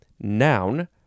noun